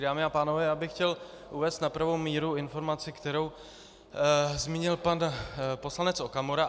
Dámy a pánové, chtěl bych uvést na pravou míru informaci, kterou zmínil pan poslanec Okamura.